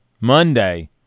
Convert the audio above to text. Monday